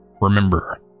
remember